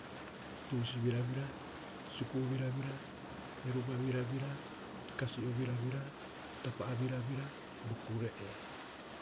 Tusi birabira Suku'u birabira, Heruba birabira, Kasi'oo birabira, Tapa'a birabira, Bo kure'ee.